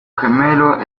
gemelo